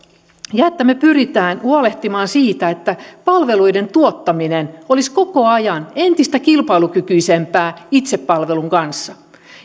säilyvät me pyrimme huolehtimaan siitä että palveluiden tuottaminen olisi koko ajan entistä kilpailukykyisempää itsepalvelun kanssa